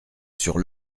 sur